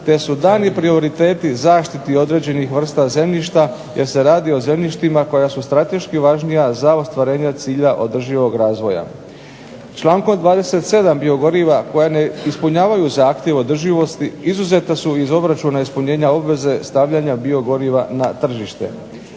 te su daljnji prioriteti zaštiti određenih vrsta zemljišta jer se radi o zemljištima koja su strateški važnija za ostvarenje cilja održivog razvoja. Člankom 27. biogoriva koja ne ispunjavaju zahtjev održivosti izuzeta su iz obračuna ispunjenja obveze stavljanje biogoriva na tržište.